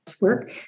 work